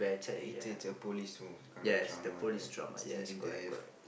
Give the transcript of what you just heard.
it's it's a police kind of drama right deceiving death